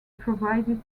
provided